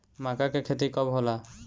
माका के खेती कब होला?